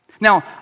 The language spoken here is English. Now